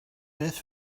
beth